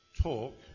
talk